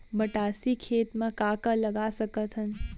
मटासी खेत म का का लगा सकथन?